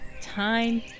time